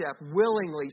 willingly